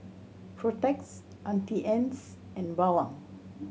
Protex Auntie Anne's and Bawang